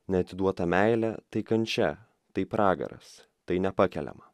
neatiduota meilė tai kančia tai pragaras tai nepakeliama